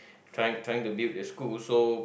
trying trying to build the school so